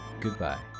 Goodbye